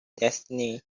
destiny